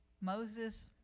Moses